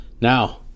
Now